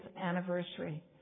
anniversary